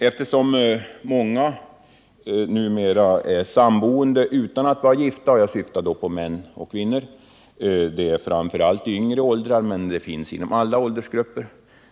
Många par är numera samboende utan att vara gifta med varandra, vilket framför allt gäller yngre åldrar men förekommer inom alla åldersgrupper.